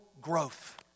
growth